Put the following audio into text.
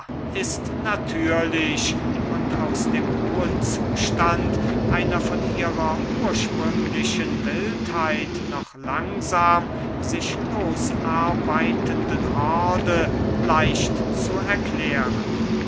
ist natürlich und aus dem rohen zustand einer von ihrer ursprünglichen wildheit noch langsam sich los arbeitenden horde leicht zu erklären